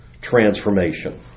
transformation